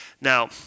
Now